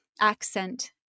Accent